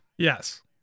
Yes